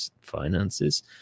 finances